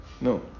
No